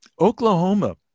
oklahoma